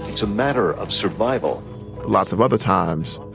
it's a matter of survival lots of other times,